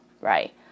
right